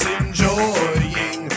enjoying